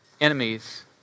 enemies